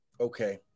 Okay